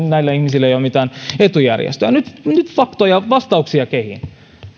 näillä ihmisillä ei ole mitään etujärjestöä nyt nyt faktoja ja vastauksia kehiin